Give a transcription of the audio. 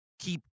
Keep